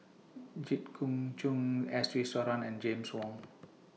Jit Koon Ch'ng S Iswaran and James Wong